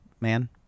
man